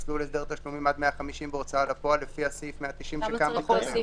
למסלול הסדר תשלומים עד 150 בהוצאה לפועל לפי סעיף 190 שקיים בחוק?